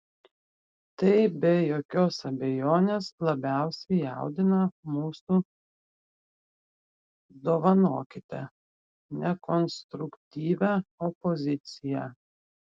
tai be jokios abejonės labiausiai jaudina mūsų dovanokite nekonstruktyvią opoziciją